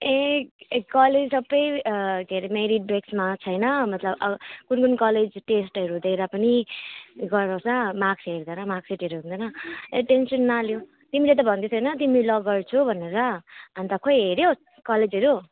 ए ए कलेज सबै ए के अरे मेरिट ग्रेड्समा छैन मतलब अब कुन कुन कलेज टेस्टहरू दिएर पनि गर्दोरहेछ मार्क्स हेर्दैन मार्क्ससिटहरू हेर्दैन ए टेन्सन नलेऊ तिमीले त भन्दैथ्यौ होइन तिमी ल गर्छौ भनेर अन्त खोई हेर्यौ कलेजहरू